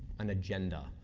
an agenda.